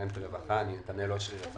נתנאל אשרי,